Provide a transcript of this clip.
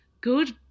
good